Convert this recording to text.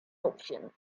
option